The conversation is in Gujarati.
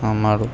આ મારું